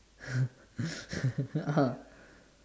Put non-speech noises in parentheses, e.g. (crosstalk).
(laughs) ah